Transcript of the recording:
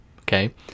Okay